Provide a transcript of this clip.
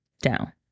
down